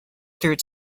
through